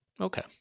Okay